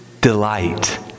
delight